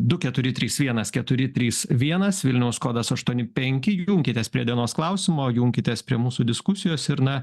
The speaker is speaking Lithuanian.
du keturi trys vienas keturi trys vienas vilniaus kodas aštuoni penki junkitės prie dienos klausimo junkitės prie mūsų diskusijos ir na